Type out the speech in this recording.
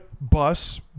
bus